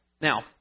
Now